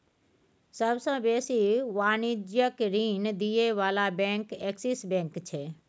सबसे बेसी वाणिज्यिक ऋण दिअ बला बैंक एक्सिस बैंक छै